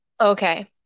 Okay